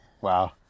Wow